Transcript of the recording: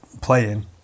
playing